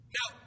Now